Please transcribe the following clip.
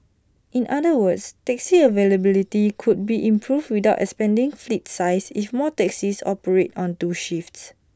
in other words taxi availability could be improved without expanding fleet size if more taxis operate on two shifts